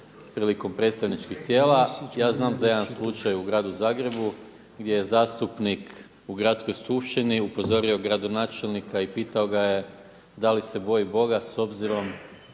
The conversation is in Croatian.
prilikom predstavnički tijela, ja znam za jedan slučaj u Gradu Zagrebu gdje je zastupnik u gradskoj skupštini upozorio gradonačelnika i pitao ga je da li se boji Boga s obzirom